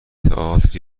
تئاتر